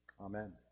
Amen